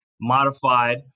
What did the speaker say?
modified